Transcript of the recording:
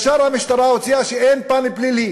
ישר המשטרה הוציאה הודעה שאין פן פלילי,